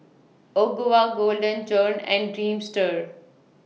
Ogawa Golden Churn and Dreamster